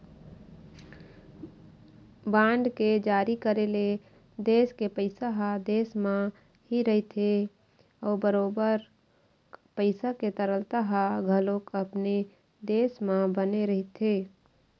bond के जारी करे ले देश के पइसा ह देश म ही रहिथे अउ बरोबर पइसा के तरलता ह घलोक अपने देश म बने रहिथे